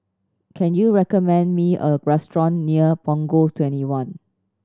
can you recommend me a restaurant near Punggol Twenty one